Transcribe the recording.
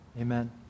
Amen